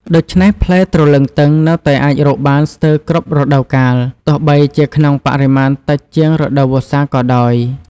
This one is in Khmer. ដូច្នេះ ផ្លែទ្រលឹងទឹងនៅតែអាចរកបានស្ទើរគ្រប់រដូវកាល ទោះបីជាក្នុងបរិមាណតិចជាងរដូវវស្សាក៏ដោយ។